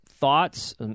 Thoughts